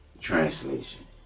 Translation